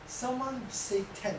someone say ten